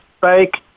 fake